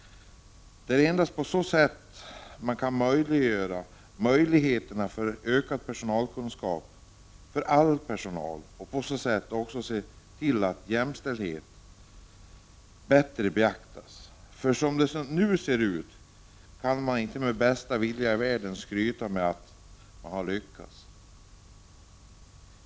Det är endast så man kan skapa möjligheter till ökade kunskaper hos all personal och se till att jämställdheten bättre beaktas. Som det nu ser ut kan ingen med bästa vilja i världen skryta med att ha lyckats.